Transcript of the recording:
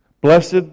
Blessed